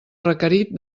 requerit